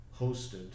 hosted